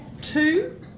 two